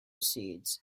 seeds